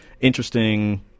interesting